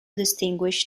distinguish